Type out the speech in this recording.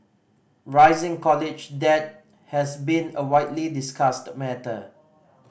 rising college debt has been a widely discussed matter